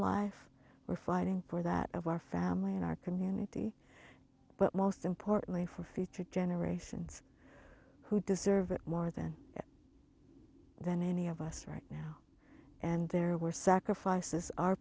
life we're fighting for that of our family and our community but most importantly for future generations who deserve it more than than any of us right now and there were sacrifices